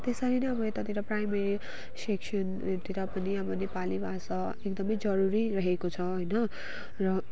त्यसरी नै अब यतातिर प्राइमेरी सेक्सनहरूतिर पनि अब नेपाली भाषा एकदमै जरुरी रहेको छ होइन र